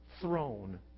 throne